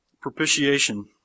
Propitiation